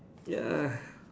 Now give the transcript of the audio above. ya